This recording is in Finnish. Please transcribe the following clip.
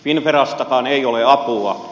finnverastakaan ei ole apua